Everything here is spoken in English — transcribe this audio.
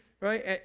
right